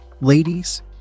Ladies